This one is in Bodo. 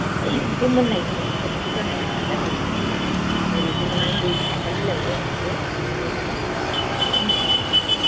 एमफौ मोननाय होनो स्रब स्रब होननाया खिगार जोबो आमफ्राय नोङो बेखौ बै खान्थाल बिलाइआव दोनहरदो हमै हमै उम थाखायो